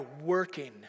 working